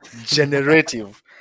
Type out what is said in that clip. Generative